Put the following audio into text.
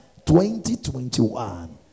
2021